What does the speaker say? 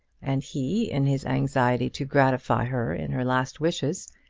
and he, in his anxiety to gratify her in her last wishes,